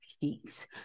peace